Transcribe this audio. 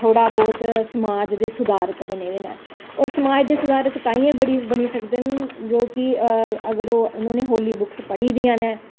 थोह्ड़ा बौह्त समाज़ ते सुधार करन लगी पेदे नै और इक समाज़ दे सुधारक ताहियैं बनी सकदे न ते उनें होली बुक्स पढ़ी दियां न